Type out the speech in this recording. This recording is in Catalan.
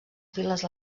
piles